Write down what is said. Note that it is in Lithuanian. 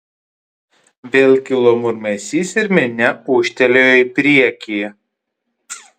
vėl kilo murmesys ir minia ūžtelėjo į priekį